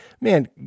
man